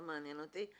זה לא מעניין אותי,